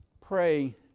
Pray